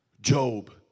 Job